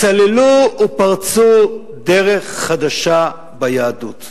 סללו ופרצו דרך חדשה ביהדות.